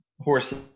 horses